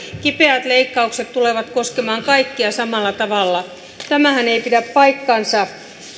kipeät leikkaukset tulevat koskemaan kaikkia samalla tavalla tämähän ei pidä paikkaansa